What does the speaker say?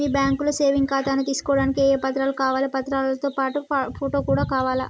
మీ బ్యాంకులో సేవింగ్ ఖాతాను తీసుకోవడానికి ఏ ఏ పత్రాలు కావాలి పత్రాలతో పాటు ఫోటో కూడా కావాలా?